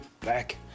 back